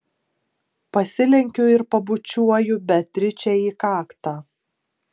pasilenkiu ir pabučiuoju beatričę į kaktą